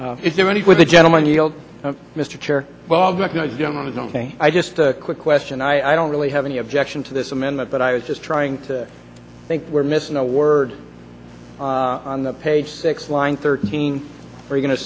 one is there any way the gentleman yield mr chair i just a quick question i don't really have any objection to this amendment but i was just trying to think we're missing a word on the page six line thirteen we're going to